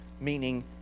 meaning